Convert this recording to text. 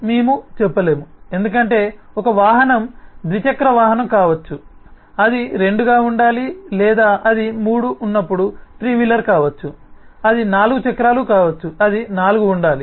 మేము చెప్పలేము ఎందుకంటే ఒక వాహనం ద్విచక్ర వాహనం కావచ్చు అది 2 గా ఉండాలి లేదా అది 3 ఉన్నప్పుడు త్రీ వీలర్ కావచ్చు అది నాలుగు చక్రాలు కావచ్చు అది నాలుగు ఉండాలి